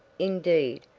indeed,